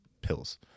pills